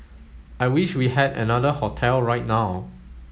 I wish we had another hotel right now